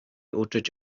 uczyć